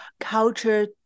culture